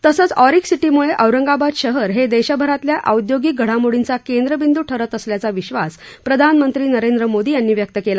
तसंच ऑरिक सिटीम्ळं औरंगाबाद शहर हे देशभरातल्या औद्योगिक घडामोडींचा केंद्रबिंदू ठरत असल्याचा विश्वास पंतप्रधान नरेंद्र मोदी यांनी व्यक्त केला